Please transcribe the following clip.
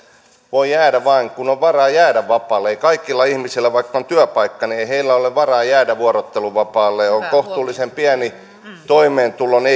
voi jäädä vain kun on varaa jäädä vapaalle ei kaikilla ihmisillä vaikka on työpaikka ole varaa jäädä vuorotteluvapaalle jos on kohtuullisen pieni toimeentulo ei